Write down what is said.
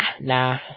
nah